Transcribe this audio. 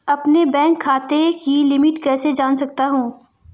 अपने बैंक खाते की लिमिट कैसे जान सकता हूं?